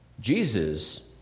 Jesus